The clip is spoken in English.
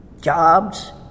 jobs